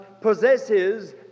possesses